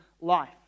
life